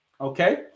Okay